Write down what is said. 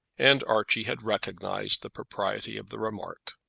and archie had recognized the propriety of the remark.